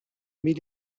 met